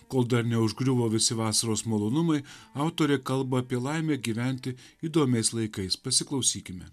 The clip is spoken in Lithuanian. kol dar neužgriuvo visi vasaros malonumai autorė kalba apie laimę gyventi įdomiais laikais pasiklausykime